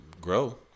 Grow